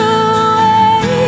away